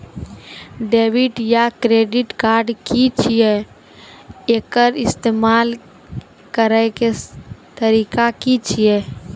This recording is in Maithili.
डेबिट या क्रेडिट कार्ड की छियै? एकर इस्तेमाल करैक तरीका की छियै?